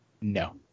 No